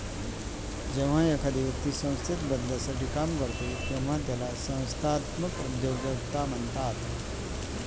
जेव्हा एखादी व्यक्ती संस्थेत बदलासाठी काम करते तेव्हा त्याला संस्थात्मक उद्योजकता म्हणतात